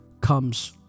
comes